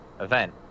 ...event